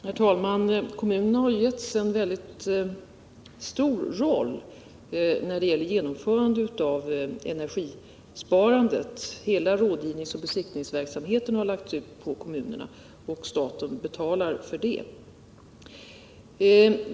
Herr talman! Kommunerna har givits en väldigt stor roll när det gäller genomförandet av energisparandet. Hela rådgivningsoch besiktningsverksamheten har lagts på kommunerna, och staten betalar dem härför.